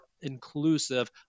inclusive